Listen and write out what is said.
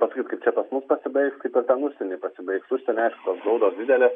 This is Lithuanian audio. pasakyt kaip čia pas mus pasibaigs kaip ten užsieny pasibaigs užsieny aišku baudos didelės